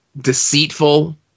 deceitful